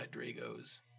Dragos